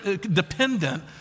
dependent